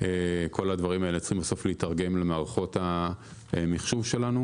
כל הדברים האלה צריכים להיתרגם למערכות המחשוב שלנו.